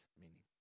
meaning